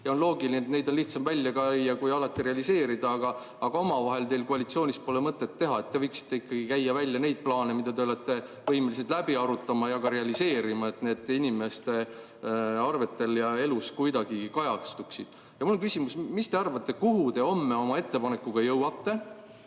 ja on loogiline, et neid on lihtsam välja käia kui realiseerida –, aga teil omavahel koalitsioonis pole mõtet seda teha. Te võiksite välja käia ikkagi neid plaane, mida te olete võimelised läbi arutama ja ka realiseerima, et need inimeste arvetel ja elus kuidagi kajastuksid. Mul on küsimus: mis te arvate, kuhu te homme oma ettepanekuga jõuate?